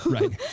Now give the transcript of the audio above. right.